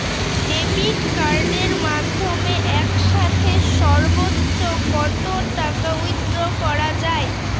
Debit কার্ডের মাধ্যমে একসাথে সর্ব্বোচ্চ কত টাকা উইথড্র করা য়ায়?